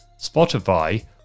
Spotify